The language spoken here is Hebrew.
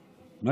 תודה.